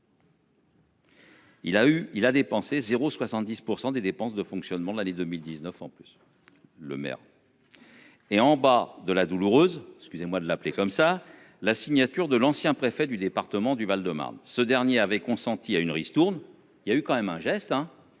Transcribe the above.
il a dépensé 0 70 % des dépenses de fonctionnement de l'année 2019 en plus. Le maire. Est en bas de la douloureuse, excusez-moi de l'appeler comme ça. La signature de l'ancien préfet du département du Val-de-Marne. Ce dernier avait consenti à une ristourne. Il y a eu quand même un geste